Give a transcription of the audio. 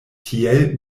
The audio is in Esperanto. tiel